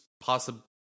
possible